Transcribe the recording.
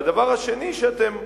והדבר השני שאתם אומרים,